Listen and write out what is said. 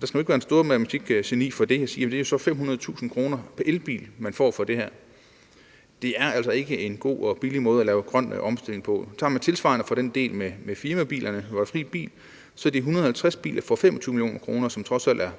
Der skal man jo ikke være det store matematikgeni for at se, at det så er 500.000 kr. pr. elbil, man får for det, og det er altså ikke en god og billig måde at lave grøn omstilling på. Tager man tilsvarende den del med firmabilerne, hvor der er fri bil, så er det 150 biler for 25 mio. kr., som trods alt er